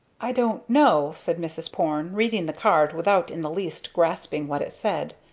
i don't know said mrs. porne, reading the card without in the least grasping what it said.